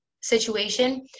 situation